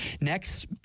next